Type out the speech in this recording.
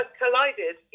collided